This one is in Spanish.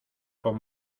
con